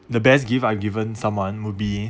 the best gift I've given someone would be